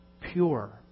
pure